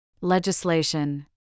Legislation